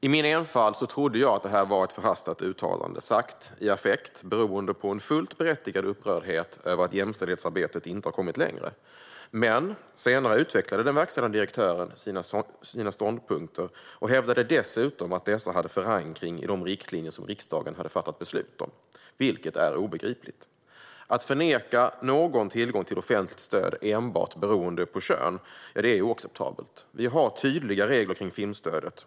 I min enfald trodde jag att detta var ett förhastat uttalande, sagt i affekt beroende på en fullt berättigad upprördhet över att jämställdhetsarbetet inte kommit längre. Men senare utvecklade verkställande direktören sina ståndpunkter och hävdade dessutom att dessa hade förankring i de riktlinjer som riksdagen fattat beslut om, vilket är obegripligt. Att neka någon tillgång till offentligt stöd enbart beroende på kön är oacceptabelt. Vi har tydliga regler kring filmstöd.